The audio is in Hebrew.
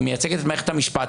היא מייצגת את מערכת המשפט.